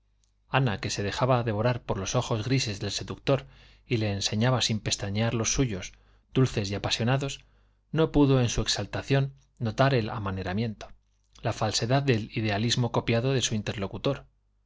ana que se dejaba devorar por los ojos grises del seductor y le enseñaba sin pestañear los suyos dulces y apasionados no pudo en su exaltación notar el amaneramiento la falsedad del idealismo copiado de su interlocutor